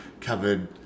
covered